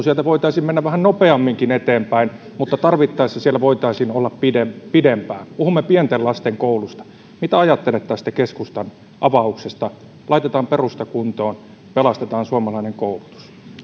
sieltä voitaisiin mennä vähän nopeamminkin eteenpäin mutta tarvittaessa siellä voitaisiin olla pidempään pidempään puhumme pienten lasten koulusta mitä ajattelette tästä keskustan avauksesta laitetaan perusta kuntoon pelastetaan suomalainen koulutus